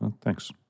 Thanks